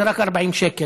זה רק 40 שקל,